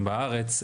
אמרו,